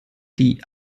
die